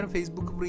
Facebook